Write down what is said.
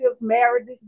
marriages